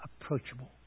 approachable